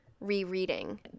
Rereading